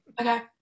Okay